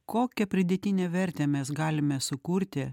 kokią pridėtinę vertę mes galime sukurti